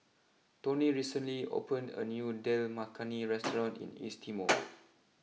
Toni recently opened a new Dal Makhani restaurant in East Timor